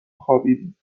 خوابیدیم